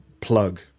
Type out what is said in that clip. Plug